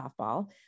softball